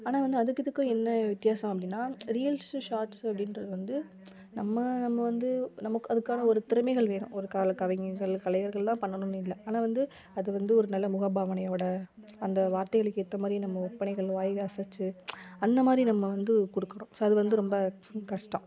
ஆனால் வந்து அதுக்கும் இதுக்கும் என்ன வித்தியாசம் அப்படின்னா ரீல்ஸு ஷாட்ஸு அப்படின்றது வந்து நம்ம நம்ம வந்து நமக்கு அதுக்கான ஒரு திறமைகள் வேணும் ஒரு கால கலைஞர்கள் தான் கலைஞர்கள் தான் பண்ணணும்னு இல்லை ஆனால் வந்து அது வந்து ஒரு நல்ல முக பாவனையோடு அந்த வார்த்தைகளுக்கு ஏற்ற மாதிரி நம்ம ஒப்பனைகள் வாயில் அசைத்து அந்தமாதிரி நம்ம வந்து கொடுக்குறோம் ஸோ அது வந்து ரொம்ப கஷ்டம்